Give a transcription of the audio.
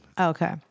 Okay